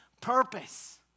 purpose